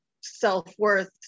self-worth